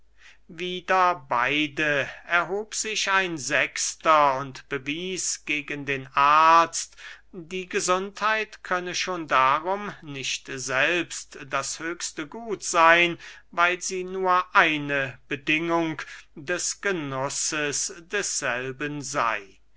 wider beide erhob sich ein sechster und bewies gegen den arzt die gesundheit könne schon darum nicht selbst das höchste gut seyn weil sie nur eine bedingung des genusses desselben sey